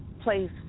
place